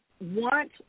want